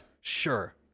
Sure